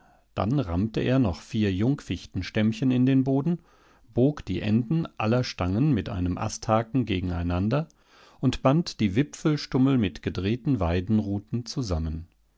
dann rammte er noch vier jungfichtenstämmchen in den boden bog die enden aller stangen mit einem asthaken gegeneinander und band die wipfelstummel mit gedrehten weidenruten zusammen